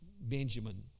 Benjamin